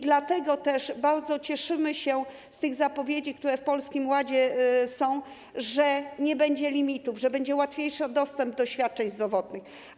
Dlatego też bardzo cieszymy się z zapowiedzi, które są w Polskim Ładzie, że nie będzie limitów, że będzie łatwiejszy dostęp do świadczeń zdrowotnych.